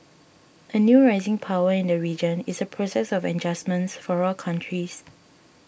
a new rising power in the region is a process of adjustment for all countries